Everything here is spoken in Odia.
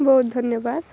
ବହୁତ ଧନ୍ୟବାଦ